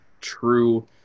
true